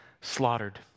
slaughtered